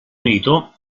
unito